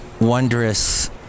wondrous